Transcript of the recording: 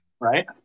right